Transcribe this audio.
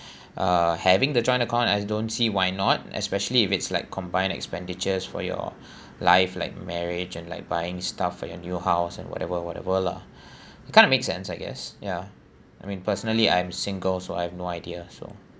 uh having the joint account as don't see why not especially if it's like combined expenditures for your life like marriage and like buying stuff for your new house and whatever whatever lah kind of make sense I guess ya I mean personally I'm single so I have no idea so